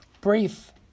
Brief